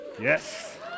Yes